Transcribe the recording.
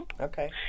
Okay